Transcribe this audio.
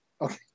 Okay